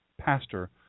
pastor